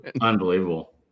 Unbelievable